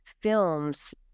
films